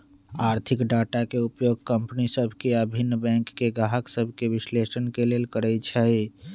आर्थिक डाटा के उपयोग कंपनि सभ के आऽ भिन्न बैंक गाहक सभके विश्लेषण के लेल करइ छइ